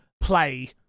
play